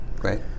Great